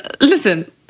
listen